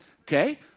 Okay